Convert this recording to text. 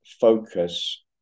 focus